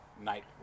night